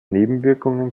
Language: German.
nebenwirkungen